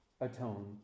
atone